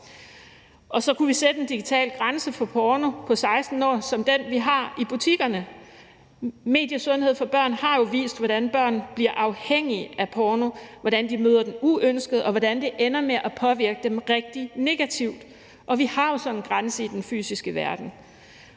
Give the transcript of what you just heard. Og så kunne vi sætte en digital grænse for porno på 16 år, ligesom vi har i butikkerne. Mediesundhed for børn og unge har jo vist, hvordan børn bliver afhængige af porno, hvordan de møder den uønsket, og hvordan det ender med at påvirke dem rigtig negativt. Og vi har jo sådan en grænse i den fysiske verden.